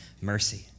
mercy